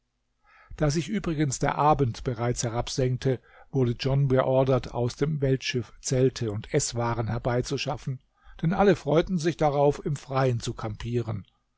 da sich übrigens der abend bereits herabsenkte wurde john beordert aus dem weltschiff zelte und eßwaren herbeizuschaffen denn alle freuten sich darauf im freien zu kampieren